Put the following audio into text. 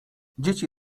dzieci